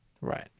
Right